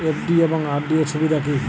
FD এবং RD এর সুবিধা কী?